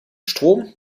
strom